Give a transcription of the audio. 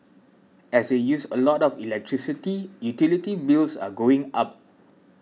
as they use a lot of electricity utility bills are going up